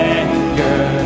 anger